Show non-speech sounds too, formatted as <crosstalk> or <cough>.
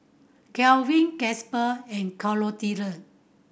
Kelvin Casper and <unintelligible>